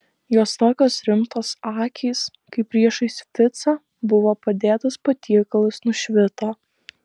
jos tokios rimtos akys kai priešais ficą buvo padėtas patiekalas nušvito